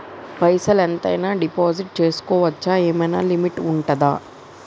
పైసల్ ఎంత అయినా డిపాజిట్ చేస్కోవచ్చా? ఏమైనా లిమిట్ ఉంటదా?